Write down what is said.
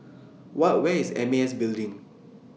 whoa Where IS M A S Building